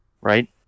Right